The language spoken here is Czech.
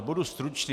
Budu stručný.